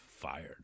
fired